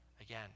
again